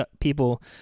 people